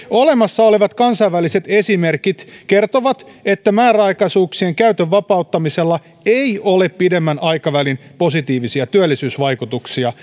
olemassa olevat kansainväliset esimerkit kertovat että määräaikaisuuksien käytön vapauttamisella ei ole pidemmän aikavälin positiivisia työllisyysvaikutuksia